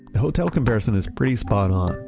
hotel comparison is pretty spot-on.